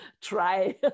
try